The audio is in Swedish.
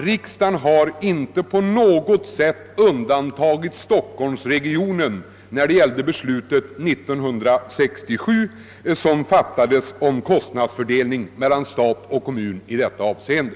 Riksdagen har inte på något sätt undantagit stockholmsregionen i det beslut, som fattades 1967 om kostnadsfördelningen mellan stat och kommun i detta avseende.